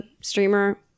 streamer